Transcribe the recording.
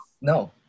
No